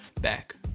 back